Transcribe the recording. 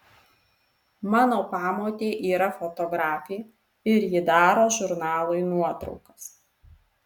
mano pamotė yra fotografė ir ji daro žurnalui nuotraukas